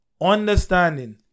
understanding